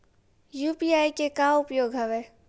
UPI के का उपयोग हवय?